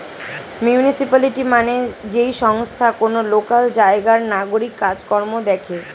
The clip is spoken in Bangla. মিউনিসিপালিটি মানে যেই সংস্থা কোন লোকাল জায়গার নাগরিক কাজ কর্ম দেখে